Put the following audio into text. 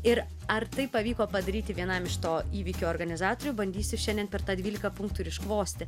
ir ar tai pavyko padaryti vienam iš to įvykio organizatorių bandysiu šiandien per tą dvylika punktų ir iškvosti